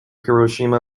hiroshima